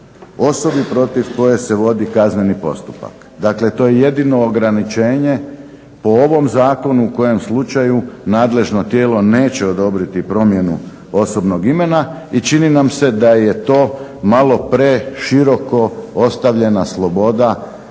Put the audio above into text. osobi protiv koje se vodi kazneni postupak. Dakle, to je jedino ograničenje po ovom zakonu u kojem slučaju nadležno tijelo neće odobriti promjenu osobnog imena i čini nam se da je to malo preširoko ostavljena sloboda